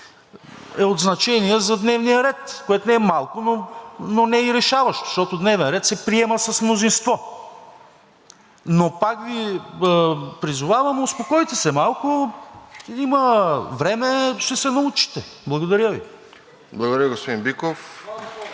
е от значение за дневния ред, което не е малко, но не е и решаващо, защото дневен ред се приема с мнозинство. Но пак Ви призовавам, успокойте се малко. Има време, ще се научите. Благодаря Ви. (Ръкопляскания от